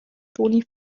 toni